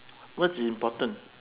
what's important